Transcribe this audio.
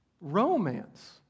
Romance